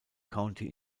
county